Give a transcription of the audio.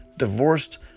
divorced